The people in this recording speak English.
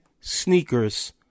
sneakers